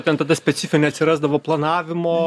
ten tada specifinė atsirasdavo planavimo